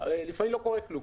לפעמים לא קורה כלום